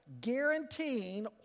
guaranteeing